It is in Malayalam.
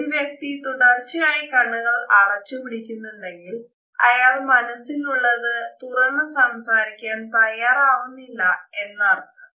ഒരു വ്യക്തി തുടർച്ചയായി കണ്ണുകൾ അടച്ചു പിടിക്കുന്നുണ്ടെങ്കിൽ അയാൾ മനസിലുള്ളത് തുറന്നു സംസാരിക്കാൻ തയ്യാറാവുന്നില്ല എന്നർത്ഥം